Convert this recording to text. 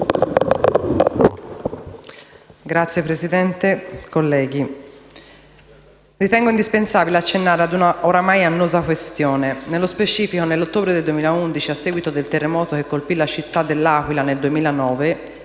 Signor Presidente, colleghi, ritengo indispensabile accennare ad una, oramai, annosa questione. Nello specifico, nell'ottobre del 2011, a seguito del terremoto che colpì la città dell'Aquila nel 2009,